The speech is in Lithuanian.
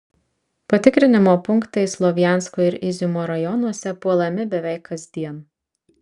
patikrinimo punktai slovjansko ir iziumo rajonuose puolami beveik kasdien